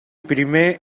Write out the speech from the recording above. primer